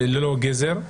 ללא גזר,